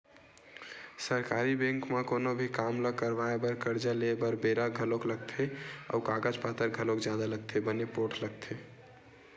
सरकारी बेंक म कोनो भी काम ल करवाय बर, करजा लेय बर बेरा घलोक लगथे अउ कागज पतर घलोक जादा लगथे बने पोठ लगथे